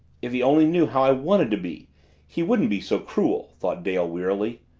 if he only knew how i wanted to be he wouldn't be so cruel, thought dale wearily.